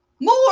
More